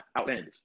outlandish